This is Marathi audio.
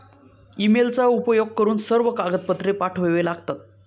ईमेलचा उपयोग करून सर्व कागदपत्रे पाठवावे लागतात